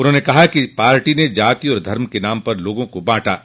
उन्होंने कहा कि पार्टी ने जाति और धर्म के नाम पर लोगों को बांट दिया है